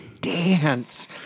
dance